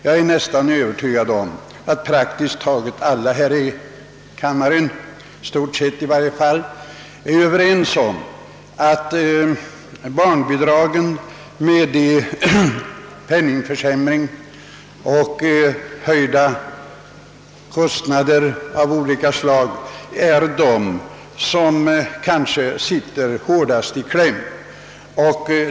Jag är nästan övertygad om att praktiskt taget alla här i kammaren är överens om att barnfamiljerna genom penningvärdeförsämringen och de höjda kostnaderna av olika slag är de som sitter hårdast i kläm.